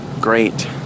great